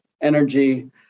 energy